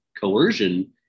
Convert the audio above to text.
coercion